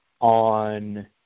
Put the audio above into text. on